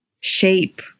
shape